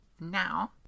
now